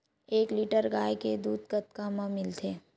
एक लीटर गाय के दुध कतका म मिलथे?